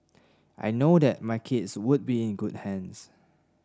I know that my kids would be in good hands